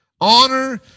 Honor